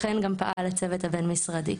לכן גם פעל הצוות הבין משרדי.